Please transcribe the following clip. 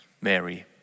Mary